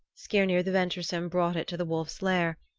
skirnir the venturesome brought it to the wolf's lair,